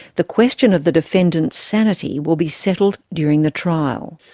the question of the defendant's sanity will be settled during the trial.